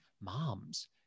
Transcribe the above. moms